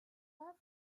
are